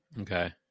Okay